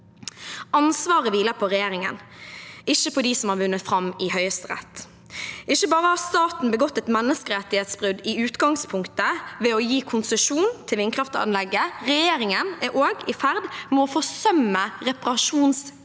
Ansvaret hviler på regjeringen, ikke på dem som har vunnet fram i Høyesterett. Ikke bare har staten begått et menneskerettighetsbrudd i utgangspunktet ved å gi konsesjon til vindkraftanlegget, regjeringen er også i ferd med å forsømme reparasjonsplikten